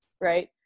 right